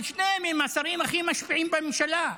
אבל שניהם הם השרים הכי משפיעים בממשלה.